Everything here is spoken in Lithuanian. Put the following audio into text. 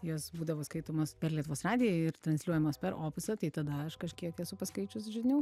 jos būdavo skaitomos per lietuvos radiją ir transliuojamos per opusą tai tada aš kažkiek esu paskaičius žinių